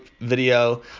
video